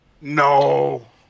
No